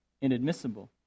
inadmissible